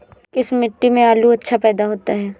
किस मिट्टी में आलू अच्छा पैदा होता है?